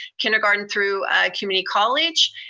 kindergarten through community college.